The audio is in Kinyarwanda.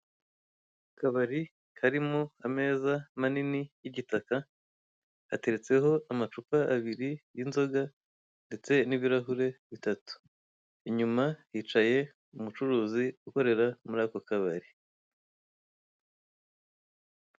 Akabari karimo ameza manini y'igitaka hateretseho amacupa abiri y'inzoga ndetse n'ibirahure bitatu, inyuma hicaye umucuruzi ukorera muri ako kabari.